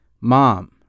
mom